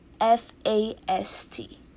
F-A-S-T